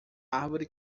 árvore